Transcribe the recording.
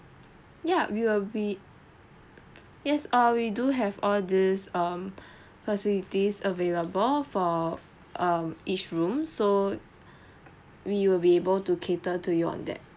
yeah we will be yes uh we do have all this um facilities available for um each room so we will be able to cater to you on that